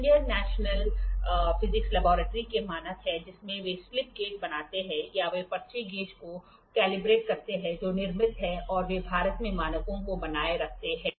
India national physics laboratory में मानक है जिसमें वे स्लिप गेज बनाते हैं या वे पर्ची गेज को कैलिब्रेट करते हैं जो निर्मित है और वे भारत में मानकों को बनाए रखते हैं